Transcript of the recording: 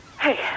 Hey